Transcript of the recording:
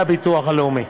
הלאומי,